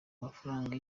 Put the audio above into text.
amafaranga